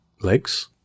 legs